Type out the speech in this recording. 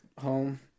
home